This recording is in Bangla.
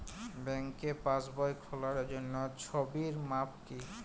ব্যাঙ্কে পাসবই খোলার জন্য ছবির মাপ কী?